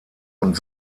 und